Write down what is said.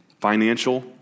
Financial